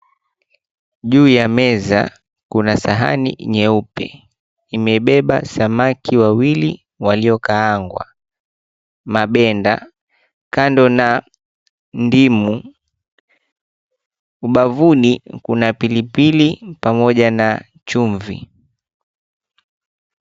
Juu ya meza kuna sahani nyeupe. Imebeba samaki wawili waliokaangwa mabenda kando na ndimu. Ubavuni kuna pilipili pamoja na chumvi.